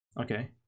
Okay